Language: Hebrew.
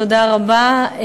תודה רבה.